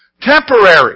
Temporary